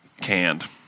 canned